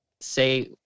say